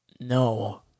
no